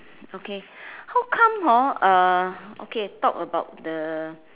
okay how come hor uh okay talk about the